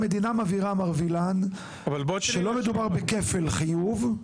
המדינה מבהירה, מר וילן, שלא מדובר בכפל חיוב.